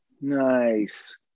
Nice